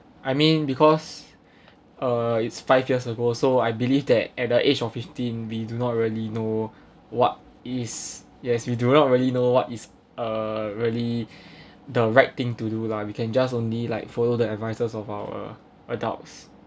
I mean because uh it's five years ago so I believe that at the age of fifteen we do not really know what is yes we do not really know what is uh really the right thing to do lah we can just only like follow the advices of our adults